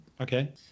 okay